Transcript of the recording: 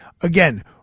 Again